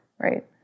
right